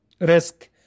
risk